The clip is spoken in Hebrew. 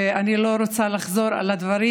ואני לא רוצה לחזור על הדברים,